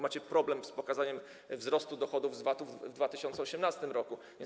Macie problem z pokazaniem wzrostu dochodów z VAT-u w 2018 r.